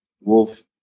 wolf